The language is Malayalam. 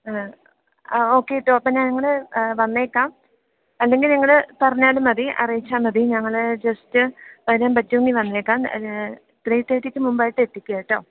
ആഹ് ആഹ് ഓക്കെ കേട്ടോ അപ്പം ഞങ്ങൾ വന്നേക്കാം അല്ലെങ്കില് നിങ്ങൾ പറഞ്ഞാലും മതി അറിയിച്ചാൽ മതി ഞങ്ങൾ ജസ്റ്റ് വരാന് പറ്റുമെങ്കിൽ വന്നേക്കാം ത്രീ തേർട്ടിക്ക് മുമ്പായിട്ട് എത്തിക്കുക കേട്ടോ